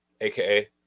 aka